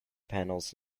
panels